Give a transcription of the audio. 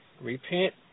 Repent